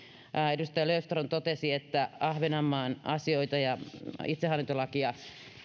edustaja löfström totesi että ahvenanmaan asioita ja itsehallintolakia